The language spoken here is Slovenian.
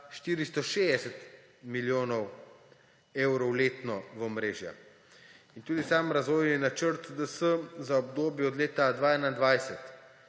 460 milijonov evrov letno v omrežja in tudi sam razvoj, načrt DS za obdobje od leta 2021